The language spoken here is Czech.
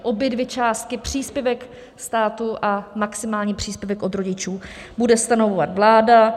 Obě částky, příspěvek státu a maximální příspěvek od rodičů, bude stanovovat vláda.